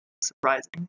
surprising